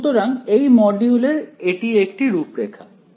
সুতরাং এই মডিউলের একটি রূপরেখা আছে